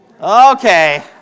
Okay